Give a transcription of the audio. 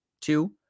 two